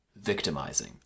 victimizing